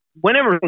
Whenever